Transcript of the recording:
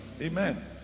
Amen